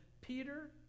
Peter